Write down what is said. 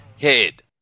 head